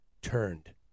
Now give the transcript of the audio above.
turned